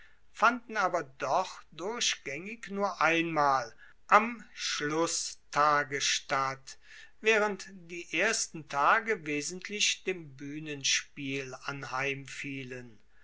fanden aber doch durchgaengig nur einmal am schlusstage statt waehrend die ersten tage wesentlich dem buehnenspiel